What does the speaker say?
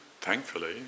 thankfully